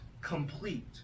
complete